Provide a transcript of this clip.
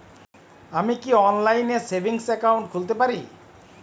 আমি কি অনলাইন এ সেভিংস অ্যাকাউন্ট খুলতে পারি?